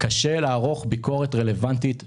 קשה לערוך ביקורת רלוונטית וטובה,